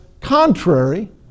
contrary